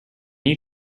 you